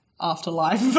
afterlife